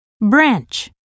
branch